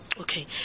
Okay